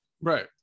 right